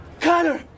Connor